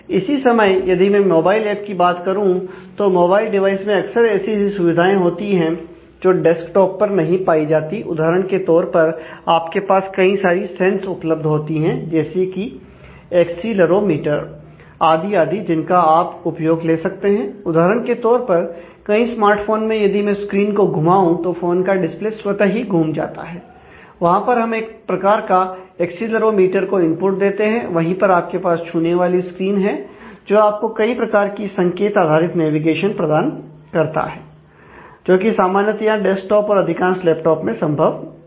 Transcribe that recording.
इसी समय यदि मैं मोबाइल एप की बात करूं तो मोबाइल डिवाइस में अक्सर ऐसी ऐसी सुविधाएं होती है जो डेस्कटॉप पर नहीं पाई जाती उदाहरण के तौर पर आपके पास कई सारी सेंस को इनपुट देते हैं वहीं पर आपके पास छूने वाली स्क्रीन है जो आपको कई प्रकार की संकेत आधारित नेविगेशन प्रदान करता है जो कि सामान्यतया डेस्कटॉप और अधिकांश लैपटॉप में संभव नहीं है